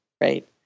right